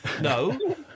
No